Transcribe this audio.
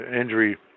injury